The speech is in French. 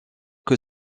que